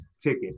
ticket